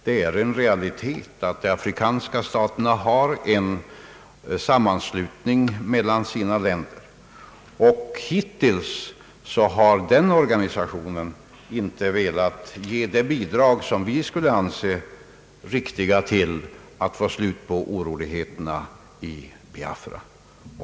Det är en realitet att de afrikanska länderna bildat en sammanslutning, och hittills har den organisationen inte velat ge de bidrag vi skulle anse rimliga för att få slut på oroligheterna i Biafra.